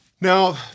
Now